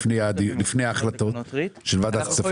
לפני ההחלטות של ועדת הכספים?